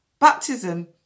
Baptism